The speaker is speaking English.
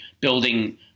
building